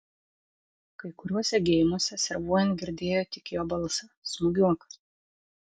kai kuriuose geimuose servuojant girdėjo tik jo balsą smūgiuok